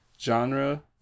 genre